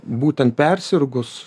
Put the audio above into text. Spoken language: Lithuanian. būtent persirgus